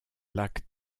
lac